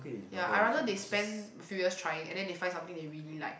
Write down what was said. ya I rather they spend a few years trying and then they find something they really like